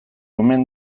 omen